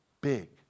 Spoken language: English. big